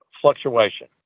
fluctuation